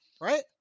right